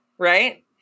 right